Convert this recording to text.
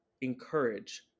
encourage